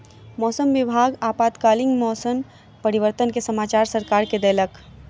मौसम विभाग आपातकालीन मौसम परिवर्तन के समाचार सरकार के देलक